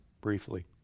Briefly